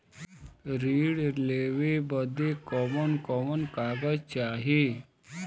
ऋण लेवे बदे कवन कवन कागज चाही?